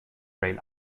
rail